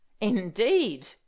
indeed